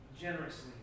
generously